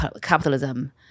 capitalism